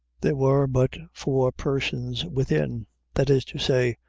there were but four persons within that is to say,